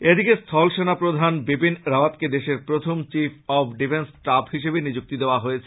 এদিকে স্থলসেনা প্রধান বিপিন রাওয়াতকে দেশের প্রথম চিফ অব ডিফেন্স ষ্টাফ হিসেবে নিযুক্তি দেওয়া হয়েছে